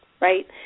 right